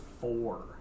four